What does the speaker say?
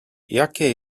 jakie